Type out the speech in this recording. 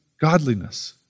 Godliness